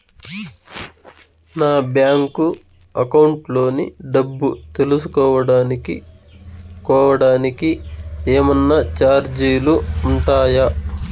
నా bank account లోని డబ్బు తెలుసుకోవడానికి కోవడానికి ఏమన్నా చార్జీలు ఉంటాయా?